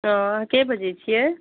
हँ अहाँके बजै छिए